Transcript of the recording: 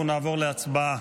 אנחנו נעבור להצבעה.